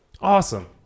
awesome